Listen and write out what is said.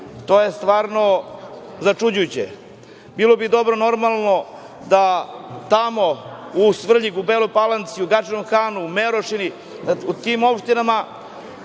to je stvarno začuđujuće. Bilo bi dobro, normalno, da se tamo, u Svrljigu, u Beloj Palanci, u Gadžinom Hanu, u Merošini, u tim opštinama